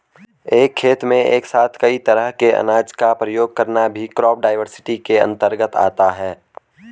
एक खेत में एक साथ कई तरह के अनाज का प्रयोग करना भी क्रॉप डाइवर्सिटी के अंतर्गत आता है